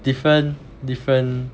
different different